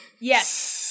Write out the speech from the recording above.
Yes